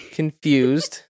confused